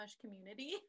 community